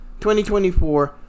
2024